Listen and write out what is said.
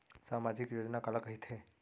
सामाजिक योजना काला कहिथे?